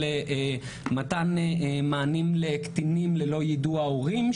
מתן מענים לקטינים ללא יידוע ההורים,